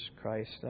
Christ